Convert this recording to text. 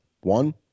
one